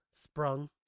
Sprung